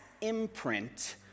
imprint